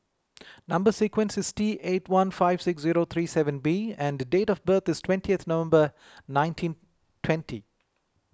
Number Sequence is T eight one five six zero three seven B and date of birth is twentieth November nineteen twenty